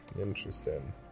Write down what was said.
Interesting